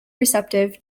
receptive